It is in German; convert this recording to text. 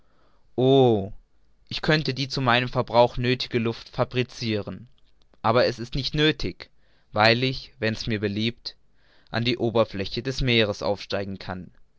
ich könnte die zu meinem verbrauch nöthige luft fabriciren aber es ist nicht nöthig weil ich wenn's mir beliebt an die oberfläche des meeres aufsteigen kann